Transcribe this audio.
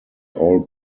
all